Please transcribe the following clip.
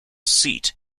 seat